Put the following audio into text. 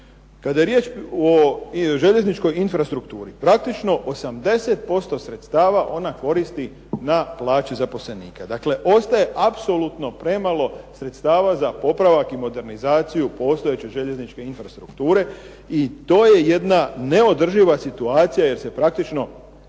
Kada je riječ o željezničkoj infrastrukturi, praktično 80% sredstava ona koristi na plaće zaposlenika. Dakle ostaje apsolutno premalo sredstava za popravak i modernizaciju postojeće željezničke infrastrukture, i to je jedna neodrživa situacija jer se praktično